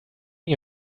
you